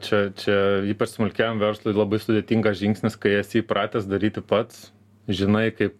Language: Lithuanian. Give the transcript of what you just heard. čia čia ypač smulkiam verslui labai sudėtingas žingsnis kai esi įpratęs daryti pats žinai kaip